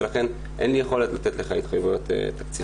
ולכן אין לי יכולת לתת לך התחייבויות תקציביות בלי מקור.